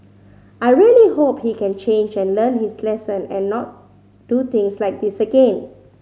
I really hope he can change and learn his lesson and not do things like this again